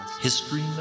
History